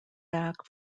back